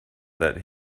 that